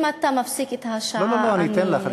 אם אתה מפסיק את השעה, לא, אתן לך.